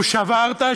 הוא "שברת,